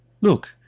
look